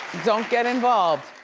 don't get involved.